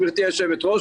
גברתי היושבת-ראש,